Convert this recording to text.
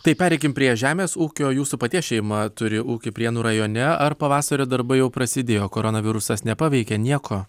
tai pereikim prie žemės ūkio jūsų paties šeima turi ūkį prienų rajone ar pavasario darbai jau prasidėjo koronavirusas nepaveikė nieko